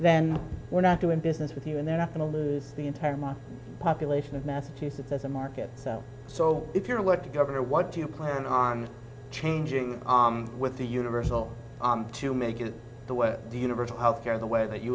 then we're not doing business with you and they're not going to lose the entire population of massachusetts as a market so if you're a what the governor what do you plan on changing with the universal to make it the way the universal health care the way that you